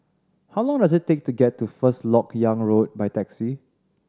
how long does it take to get to First Lok Yang Road by taxi